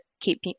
keep